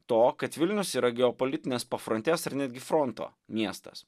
to kad vilnius yra geopolitinės pafrontės ar netgi fronto miestas